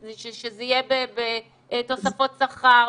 שזה יהיה בתוספות שכר,